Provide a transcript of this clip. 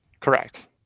correct